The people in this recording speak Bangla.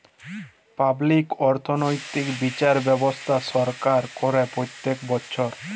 পাবলিক অর্থনৈতিক্যে বিচার ব্যবস্থা সরকার করে প্রত্যক বচ্ছর